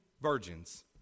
virgins